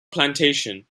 plantation